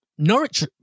Norwich